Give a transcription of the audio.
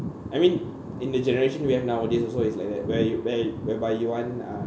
I mean in the generation we have nowadays is always like that where you where whereby you want uh